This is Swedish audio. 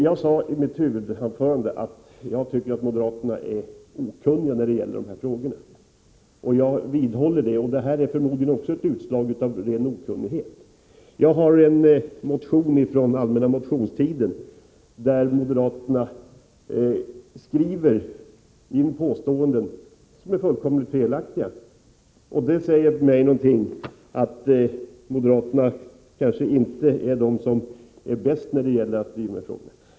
Jag sade i mitt huvudanförande att jag tycker att moderaterna är okunniga i dessa frågor, och jag vidhåller det. Vad Sonja Rembo säger är förmodligen också ett utslag av ren okunnighet. I en motion som väcktes under allmänna motionstiden skriver moderaterna in påståenden som är fullkomligt felaktiga, och det säger mig att moderaterna kanske inte är de som är bäst när det gäller att driva de här frågorna.